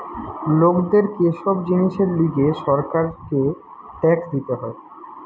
লোকদের কে সব জিনিসের লিগে সরকারকে ট্যাক্স দিতে হয়